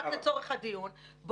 רק לצורך הדיון,